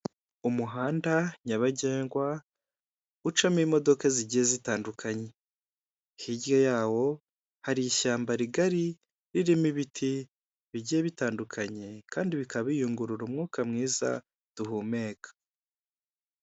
Umuhanda nyabagendwa, ucamo imodoka zigiye zitandukanye. Hirya yawo hari ishyamba rigari, ririmo ibiti bigiye bitandukanye, kandi bikaba biyungurura umwuka mwiza duhumeka.